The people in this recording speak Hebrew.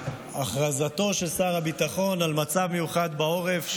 הכרזתו של שר הביטחון על מצב מיוחד בעורף,